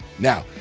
now,